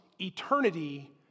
eternity